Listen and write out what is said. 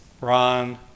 Ron